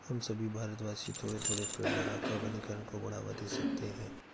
हम सभी भारतवासी थोड़े थोड़े पेड़ लगाकर वनीकरण को बढ़ावा दे सकते हैं